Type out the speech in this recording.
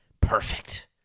Perfect